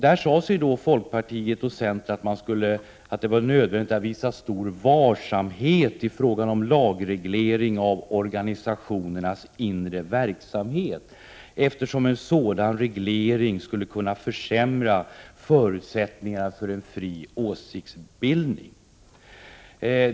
Då sade folkpartiet och centern att det var nödvändigt att visa stor varsamhet i fråga om lagreglering av organisationernas inre verksamhet, eftersom en sådan reglering skulle kunna försämra förutsättningarna för en fri åsiktsbildning.